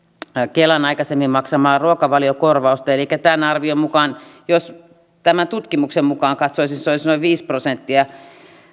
kelan aikaisemmin maksamaa ruokavaliokorvausta elikkä tämän arvion mukaan jos tämän tutkimuksen mukaan katsoisi noin viisi prosenttia